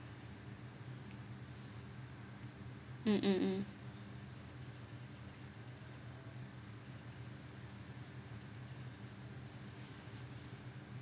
mm mm mm